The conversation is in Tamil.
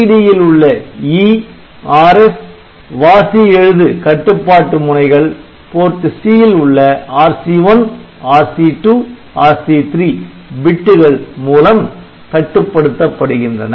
LCD ல் உள்ள E Rs வாசி எழுது கட்டுப்பாட்டு முனைகள் PORT C ல் உள்ள RC1 RC2 RC3 பிட்டுகள் மூலம் கட்டுப்படுத்தப்படுகின்றன